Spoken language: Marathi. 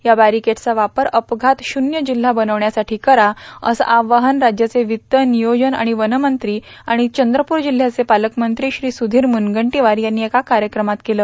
या बॅरिकेट्सचा वापर अपघात शून्य जिल्हा बनविण्यासाठी करा असं आवाहन राज्याचे वित्त नियोजन आणि वनमंत्री आणि चंद्रपूरचे पालकमंत्री श्री सुधीर म्रनगंटीवार यांनी एका कार्यक्रमात केलं